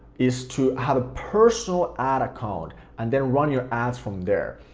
is to have a personal ad account and then run your ads from there.